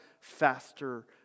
faster